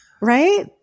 right